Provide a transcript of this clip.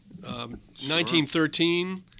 1913